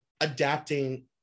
adapting